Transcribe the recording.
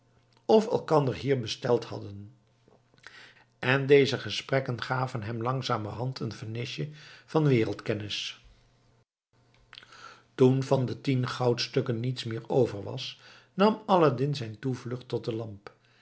of elkander hier besteld hadden en deze gesprekken gaven hem langzamerhand een vernisje van wereldkennis toen van de tien goudstukken niets meer over was nam aladdin zijn toevlucht tot de lamp